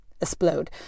explode